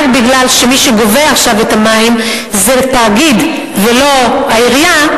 רק מפני שמי שגובה עכשיו את חשבונות המים זה תאגיד ולא העירייה,